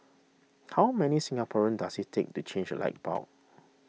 how many Singaporeans does it take to change a light bulb